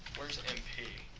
where's mp?